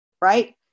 right